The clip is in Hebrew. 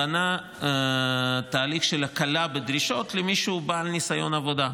בנה תהליך של הקלה בדרישות למי שהוא בעל ניסיון בעבודה.